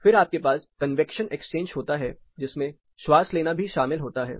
फिर आपके पास कन्वैक्शन एक्सचेंज होता है जिसमें श्वास लेना भी शामिल होता है